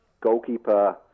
goalkeeper